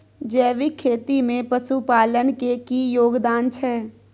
जैविक खेती में पशुपालन के की योगदान छै?